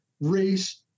race